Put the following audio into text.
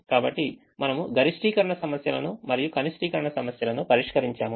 కాబట్టి మనము గరిష్టీకరణ సమస్యలను మరియు కనిష్టీకరణ సమస్యలను పరిష్కరించాము